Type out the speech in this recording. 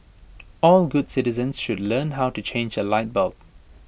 all good citizens should learn how to change A light bulb